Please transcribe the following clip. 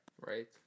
Right